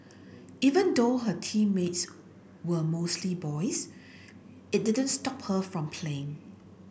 even though her teammates were mostly boys it didn't stop her from playing